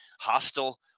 Hostile